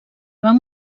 van